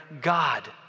God